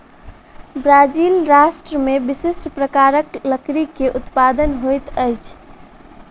Brazil राष्ट्र में विशिष्ठ प्रकारक लकड़ी के उत्पादन होइत अछि